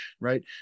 right